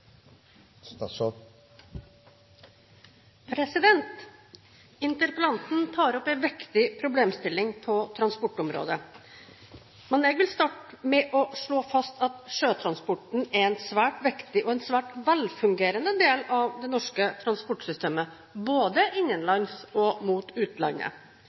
arealer. Interpellanten tar opp en viktig problemstilling på transportområdet. Jeg vil starte med å slå fast at sjøtransporten er en svært viktig og en svært velfungerende del av det norske transportsystemet, både innenlands og mot utlandet.